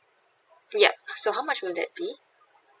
ya so how much will that be